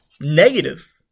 negative